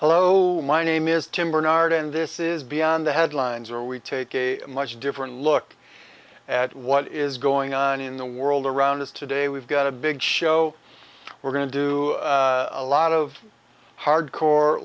hello my name is tim barnard and this is beyond the headlines or we take a much different look at what is going on in the world around us today we've got a big show we're going to do a lot of hard core